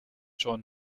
joined